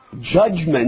judgment